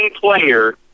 player